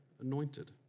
anointed